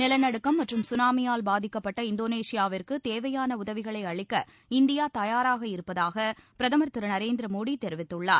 நிலநடுக்கம் மற்றும் சுனாமியால் பாதிக்கப்பட்ட இந்தோனேஷியாவிற்கு தேவையான உதவிகளை அளிக்க இந்தியா தயாராக இருப்பதாக பிரதமர் திரு நரேந்திர மோடி தெரிவித்துள்ளார்